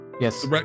yes